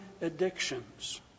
addictions